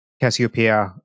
Cassiopeia